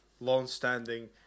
long-standing